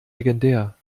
legendär